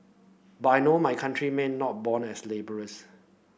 but I know my countrymen not born as labourers